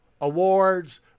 awards